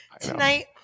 tonight